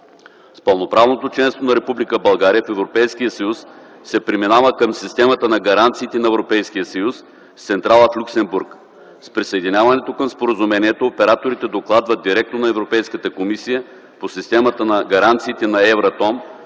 С пълноправното членство на Република България в Европейския съюз се преминава към системата на гаранциите на Европейския съюз с централа в Люксембург. С присъединяването към Споразумението операторите докладват директно на Европейската комисия по системата на гаранциите на Евратом,